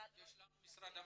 יש כאן את משרד המשפטים.